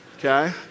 Okay